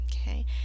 Okay